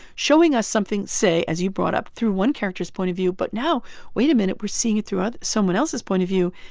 showing us something, say, as you brought up, through one character's point of view but now wait a minute, we're seeing it through ah someone else's point of view,